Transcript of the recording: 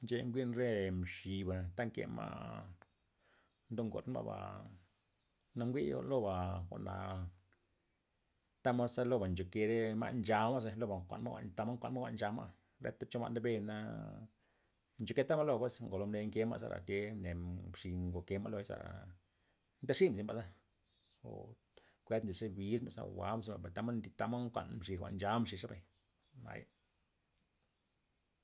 Nche jwi'n re mxiba ta nkema' do ngod ma'ba, na njwi'i lo ba jwa'na tamod ze loba nchoke re ma' mchamaza' loba nkuan ma' jwa'n ma' tamod nkuan ma' jwa'n nchama' reta ma' ndebena ncheketa ma' ba pues lo mne nke ma'za te ne mxi ke ma'y lo'iza, ndexi'ma za o kuend ma' ze bizma' zou jwa'ma tamod tamod nkuan mxi jwa'n jwa' mxi zebay za.